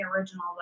original